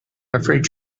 afraid